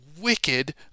wicked